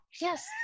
yes